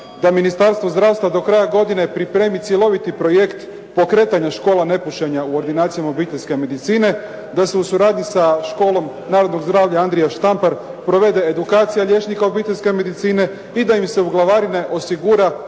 da Ministarstvo zdravstva do kraja godine pripremi cjeloviti projekt pokretanja škola nepušenja u ordinacijama obiteljske medicine, da se u suradnji sa Školom narodnog zdravlja "Andrija Štampar" provede edukacija liječnika obiteljske medicine i da im se u glavarine osigura